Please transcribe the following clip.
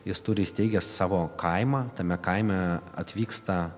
jis turi įsteigęs savo kaimą tame kaime atvyksta